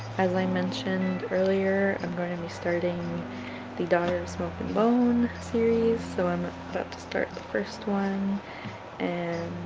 as i mentioned earlier i'm going to be starting the daughter of smoke and bone series so i'm about to start the first one and